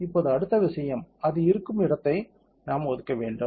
இப்போது அடுத்த விஷயம் அது இருக்கும் இடத்தை நாம் ஒதுக்க வேண்டும்